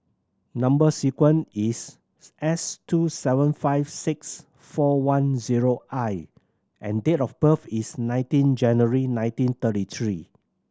number sequence is S two seven five six four one zero I and date of birth is nineteen January nineteen thirty three